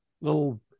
little